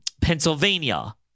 Pennsylvania